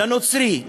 לנוצרי,